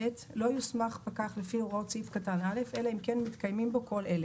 לא יוסמך פקח לפי הוראות סעיף קטן (א) אלא אם כן מתקיימים בו כל אלה: